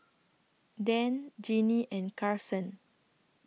Dan Jinnie and Karson